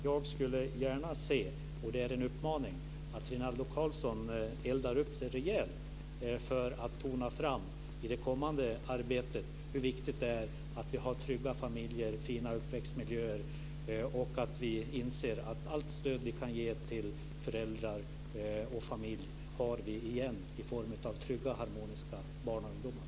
Jag skulle gärna se - och det är en uppmaning - att Rinaldo Karlsson eldar upp sig rejält för att i det kommande arbetet betona hur viktigt det är med trygga familjer, goda uppväxtmiljöer och att det är viktigt att vi inser att vi får igen allt stöd som vi kan ge föräldrar och familjer i form av trygga, harmoniska barn och ungdomar.